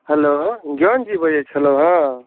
hello Gyan ji बजैत छलौँ हेँ